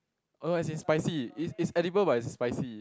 oh as in spicy is is edible but is spicy